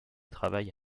travaille